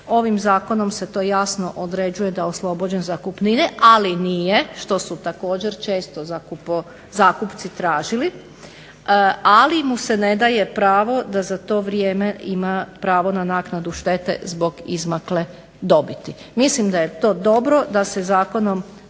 Ovim zakonom se to jasno određuje da je oslobođen zakupnine ali nije, što su također često zakupci tražili, ali mu se ne daje pravo da za to vrijeme ima pravo na naknadu štete zbog izmakle dobiti. Mislim da je to dobro da se zakonom